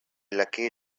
lucky